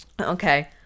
Okay